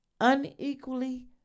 unequally